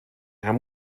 haben